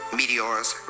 meteors